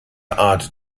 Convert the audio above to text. art